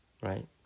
right